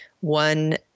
one